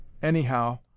Anyhow